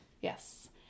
Yes